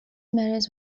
married